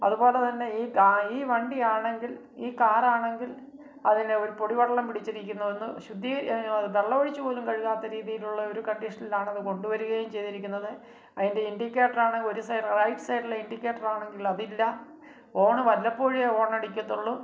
അതുപോലെതന്നെ ഈ വണ്ടി ആണെങ്കിൽ ഈ കാറാണെങ്കിൽ അതിന് പൊടിപടലം പിടിച്ചിരിക്കുന്നുവെന്ന് വെള്ളമൊഴിച്ച് പോലും കഴുകാത്ത രീതിയിലുള്ളൊരു കണ്ടീഷനിലാണത് കൊണ്ടുവരികയും ചെയ്തിരിക്കുന്നത് അതിൻ്റെ ഇൻറ്റിക്കേറ്ററാണെങ്കില് ഒരു സൈഡ് റൈറ്റ് സൈഡിലെ ഇൻറ്റിക്കേറ്ററാണെങ്കില് അതില്ല ഓണ് വല്ലപ്പോഴുവേ ഹോണടിക്കത്തുള്ളൂ